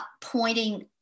pointing